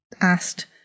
asked